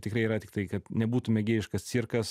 tikrai yra tiktai kad nebūtų mėgėjiškas cirkas